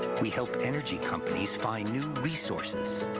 we help energy companies find new resources.